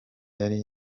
yari